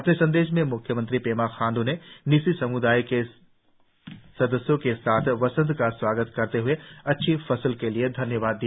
अपने संदेश में म्ख्यमंत्री पेमा खांड् ने न्यीशी सम्दाय के सदस्यों के साथ वसंत का स्वागत करते हुए अच्छी फसल के लिए धन्यवाद दिया